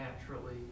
naturally